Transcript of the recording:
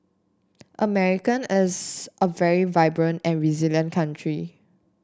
America is a very vibrant and resilient country